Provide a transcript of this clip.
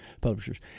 publishers